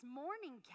morning